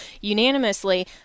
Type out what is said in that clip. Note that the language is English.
unanimously